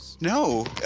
No